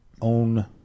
own